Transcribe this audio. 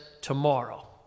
tomorrow